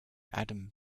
adam